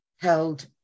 held